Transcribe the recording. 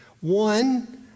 One